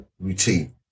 routine